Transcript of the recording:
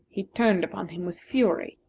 he turned upon him with fury.